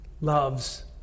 loves